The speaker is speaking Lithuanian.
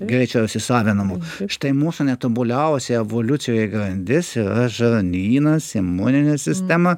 greičiau įsisavinamo štai mūsų netobuliausia evoliucijos grandis yra žarnynas imuninė sistema